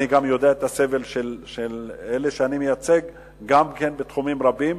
אני גם יודע את הסבל של אלה שאני מייצג בתחומים רבים.